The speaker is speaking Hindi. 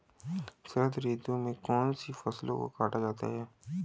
शरद ऋतु में कौन सी फसलों को काटा जाता है?